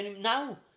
now